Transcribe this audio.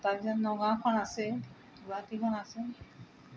তাৰপিছত নগাঁওখন আছে গুৱাহাটীখন আছে